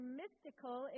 mystical